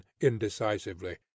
indecisively